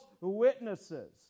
witnesses